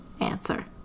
answer